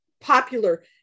popular